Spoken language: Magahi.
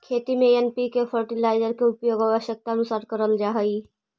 खेती में एन.पी.के फर्टिलाइजर का उपयोग आवश्यकतानुसार करल जा हई